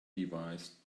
device